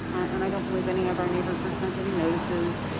and i don't believe any of our neighbors were sent any notices.